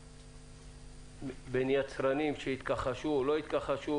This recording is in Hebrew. בין יצרנים שהתכחשו או לא התכחשו,